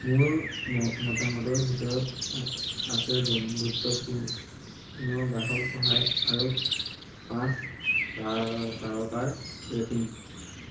মোৰ মতামতৰ ভিতৰত আছে বন্ধুত্বপূৰ্ণ গ্ৰাহক সহায় আৰু পাঁচ তাৰকাৰ ৰেটিং